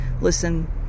listen